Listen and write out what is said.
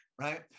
right